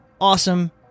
awesome